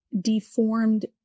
deformed